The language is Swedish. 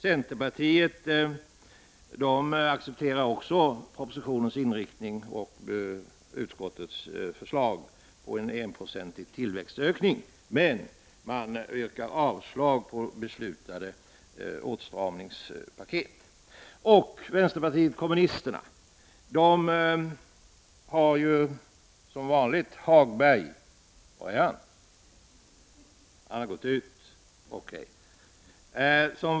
Centerpartiet accepterar också propositionens inriktning och utskottets förslag om en enprocentig tillväxtökning men yrkar avslag på beslutade åtstramningspaket. Vänsterpartiet kommunisterna kommer som vanligt — har Hagberg gått ut?